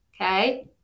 okay